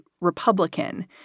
Republican